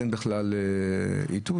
אין איתות,